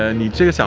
and need to so